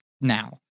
now